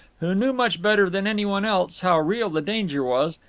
who knew much better than anyone else how real the danger was,